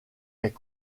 est